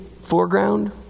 foreground